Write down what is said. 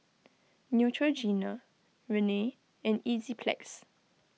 Neutrogena Rene and Enzyplex